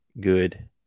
good